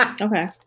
Okay